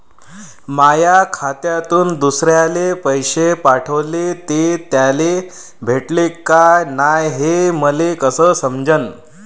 माया खात्यातून दुसऱ्याले पैसे पाठवले, ते त्याले भेटले का नाय हे मले कस समजन?